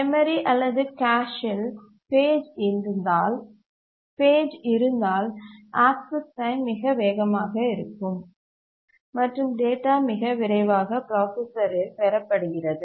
memory அல்லது cache இல் page இருந்தால் ஆக்சஸ் டைம் மிக வேகமாக இருக்கும் மற்றும் டேட்டா மிக விரைவாக பிராசசரில் பெறப்படுகிறது